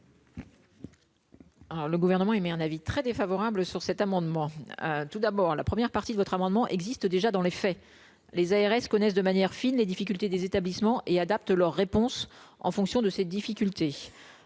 le gouvernement émet un avis très défavorable sur cet amendement, tout d'abord la première partie de votre amendement existe déjà dans les faits, les ARS connaissent de manière fine les difficultés des établissements et adaptent leur réponse en fonction de ses difficultés,